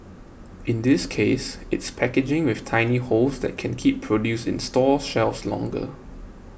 in this case it's packaging with tiny holes that can keep produce in store shelves longer